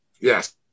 yes